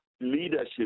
leadership